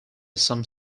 some